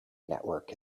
network